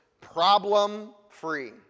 problem-free